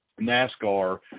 NASCAR